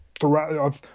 throughout